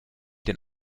den